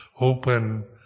open